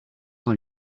dans